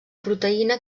proteïna